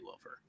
over